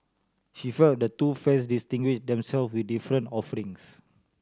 she felt the two fairs distinguish themselves with different offerings